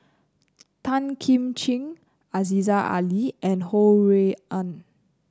Tan Kim Ching Aziza Ali and Ho Rui An